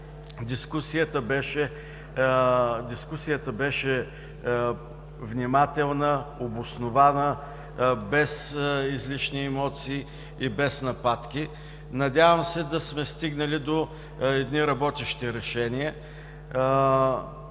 дискусията беше внимателна, обоснована, без излишни емоции и без нападки. Надявам се да сме стигнали до работещи решения.